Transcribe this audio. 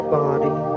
body